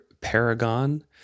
Paragon